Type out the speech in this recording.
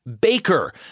Baker